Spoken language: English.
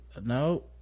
no